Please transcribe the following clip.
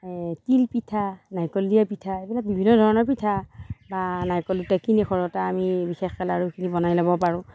তিল পিঠা নাৰিকল দিয়া পিঠা এইবিলাক বিভিন্ন ধৰণৰ পিঠা বা নাৰিকল দুটা কিনি ঘৰতে আমি বিশেষকে লাড়ুখিনি বনাই ল'ব পাৰোঁ